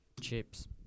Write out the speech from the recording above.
Chips